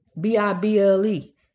B-I-B-L-E